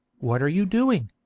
what are you doing